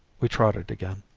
we trotted again.